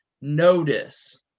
notice